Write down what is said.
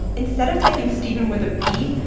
instead of typing steven with a v,